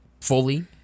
fully